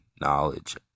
knowledge